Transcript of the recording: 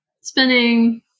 spinning